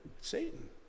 Satan